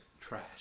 trash